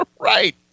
Right